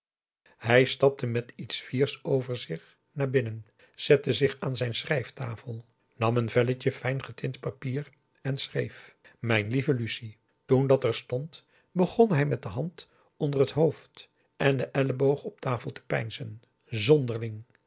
hij stapte met iets fiers over zich naar binnen zette zich aan zijn schrijftafel nam een velletje fijn getint papier en schreef p a daum de van der lindens c s onder ps maurits mijn lieve lucie toen dat er stond begon hij met de hand onder t hoofd en den elleboog op tafel te peinzen